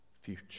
future